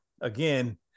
again